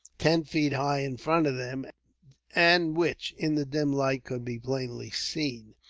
ten feet high, in front of them and which, in the dim light, could be plainly seen.